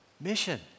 mission